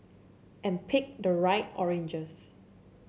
and pick the right oranges